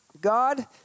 God